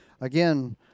Again